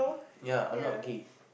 ya I'm not a gay